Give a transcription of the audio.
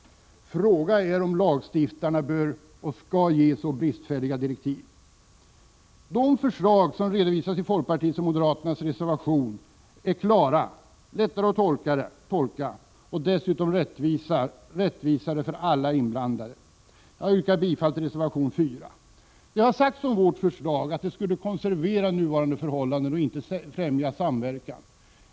Frågan är om lagstiftningen bör ge så bristfälliga direktiv. De förslag som redovisas i folkpartiets och moderaternas reservation är klarare, lättare att tolka och dessutom rättvisare för alla inblandade. Jag yrkar bifall till reservation 4. Det har sagts om vårt förslag att det skulle konservera nuvarande förhållanden och inte främja samverkan.